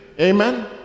Amen